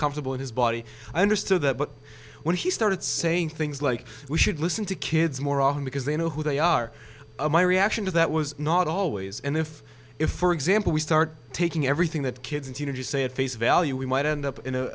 comfortable in his body i understood that but when he started saying things like we should listen to kids more often because they know who they are my reaction to that was not always and if if for example we start taking everything that kids into say at face value we might end up in